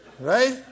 Right